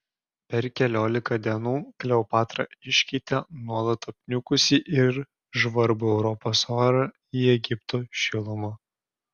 per keliolika dienų kleopatra iškeitė nuolat apniukusį ir žvarbų europos orą į egipto šilumą